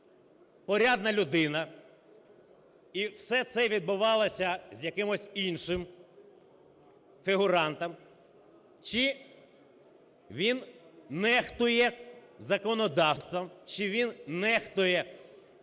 порядна людина і все це відбувалося з якимось іншим фігурантом, чи він нехтує законодавством, чи він нехтує